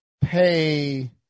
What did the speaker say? pay